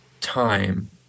time